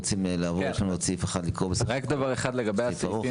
רק דבר אחד לגבי הסעיפים,